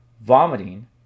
vomiting